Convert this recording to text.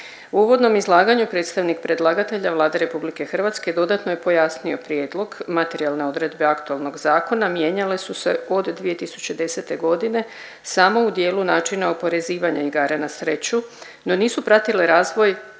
U uvodnom izlaganju predstavnik predlagatelja Vlada RH dodatno je pojasnio prijedlog. Materijalne odredbe aktualnog zakona mijenjale su se od 2010.g. samo u dijelu načina oporezivanja igara na sreću, no nisu pratile razvoj